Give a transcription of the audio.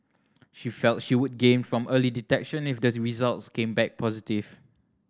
she felt she would gain from early detection if the results came back positive